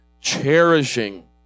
cherishing